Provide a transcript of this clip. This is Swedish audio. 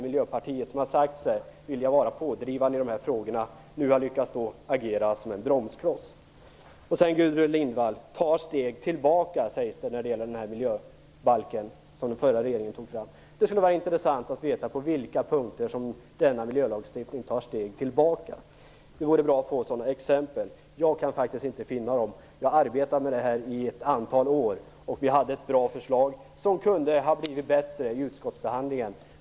Miljöpartiet har sagt sig vilja vara pådrivande i dessa frågor men har nu lyckats agera som en bromskloss. Gudrun Lindvall säger att det förslag till miljöbalk som den förra regeringen tog fram var att ta steg tillbaka. Det skulle vara intressant att veta på vilka punkter som denna miljölagstiftning tar steg tillbaka. Det vore bra att få sådana exempel. Jag kan faktiskt inte finna dem. Jag har arbetat med detta ett antal år. Vi hade ett bra förslag som kunde ha blivit bättre i utskottsbehandlingen.